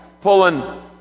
pulling